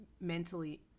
mentally